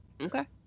Okay